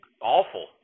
awful